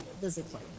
physically